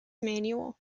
manual